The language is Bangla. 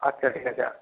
আচ্ছা ঠিক আছে